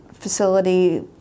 facility